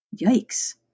yikes